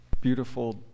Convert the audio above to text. beautiful